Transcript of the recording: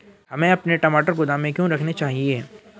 हमें अपने टमाटर गोदाम में क्यों रखने चाहिए?